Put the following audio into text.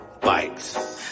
bikes